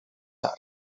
tard